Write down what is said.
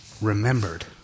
remembered